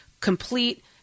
complete